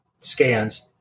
scans